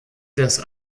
das